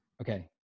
Okay